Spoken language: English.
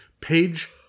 Page